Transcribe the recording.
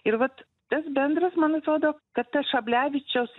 ir vat tas bendras man atrodo kad ta šablevičiaus